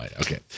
Okay